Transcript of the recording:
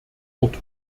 ort